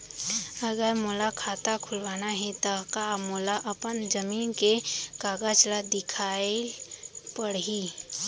अगर मोला खाता खुलवाना हे त का मोला अपन जमीन के कागज ला दिखएल पढही?